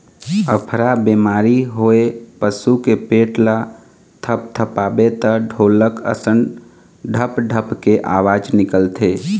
अफरा बेमारी होए पसू के पेट ल थपथपाबे त ढोलक असन ढप ढप के अवाज निकलथे